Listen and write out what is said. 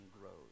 grows